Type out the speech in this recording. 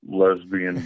lesbian